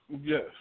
Yes